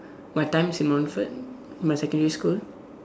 my times in Montfort my secondary school